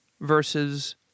versus